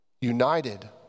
united